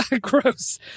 Gross